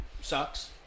sucks